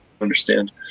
understand